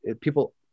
people